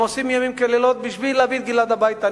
הם עושים לילות כימים בשביל להביא את גלעד הביתה,